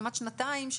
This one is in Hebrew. כמעט שנתיים,